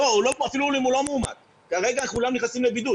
אפילו אם הוא לא מאומת, כרגע כולם נכנסים לבידוד.